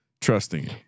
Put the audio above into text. Trusting